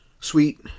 sweet